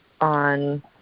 on